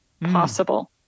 possible